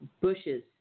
bushes